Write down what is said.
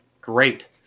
Great